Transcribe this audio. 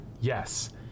yes